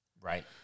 Right